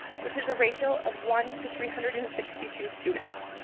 which is a ratio of one to three hundred and sixty two students.